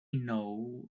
know